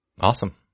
Awesome